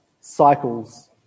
cycles